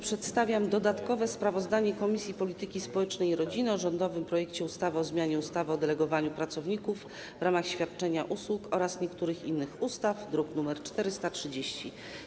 Przedstawiam dodatkowe sprawozdanie Komisji Polityki Społecznej i Rodziny o rządowym projekcie ustawy o zmianie ustawy o delegowaniu pracowników w ramach świadczenia usług oraz niektórych innych ustaw, druk nr 430.